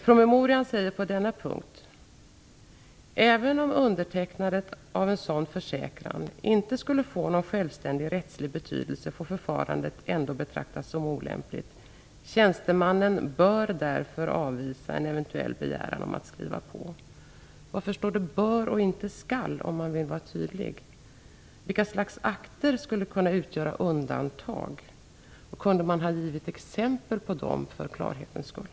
Promemorian säger på denna punkt: Även om undertecknandet av en sådan försäkran inte skulle få någon självständig rättslig betydelse får förfarandet ändå betraktas som olämpligt. Tjänstemannen bör därför avvisa en eventuell begäran om att skriva på. Varför står det bör och inte skall, om man vill vara tydlig? Vilka slags akter skulle kunna utgöra undantag? Kunde man ha givit exempel på dem för klarhetens skull?